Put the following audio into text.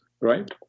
right